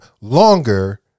longer